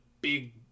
big